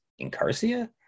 Incarcia